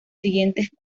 siguientes